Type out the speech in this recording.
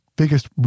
Biggest